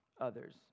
others